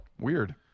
Weird